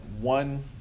one